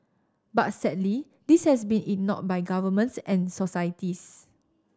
but sadly this has been ignored by governments and societies